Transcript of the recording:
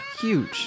Huge